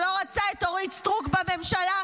שלא רצה את אורית סטרוק בממשלה,